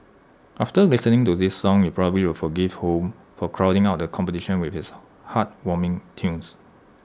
after listening to this song you probably will forgive home for crowding out the competition with its heartwarming tunes